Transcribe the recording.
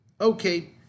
Okay